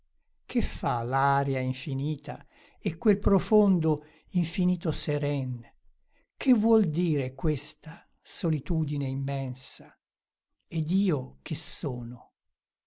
che fa l'aria infinita e quel profondo infinito seren che vuol dir questa solitudine immensa ed io che sono